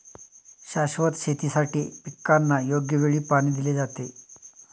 शाश्वत शेतीसाठी पिकांना योग्य वेळी पाणी दिले जाते